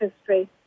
history